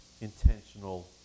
intentional